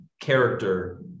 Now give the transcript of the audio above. character